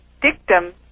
dictum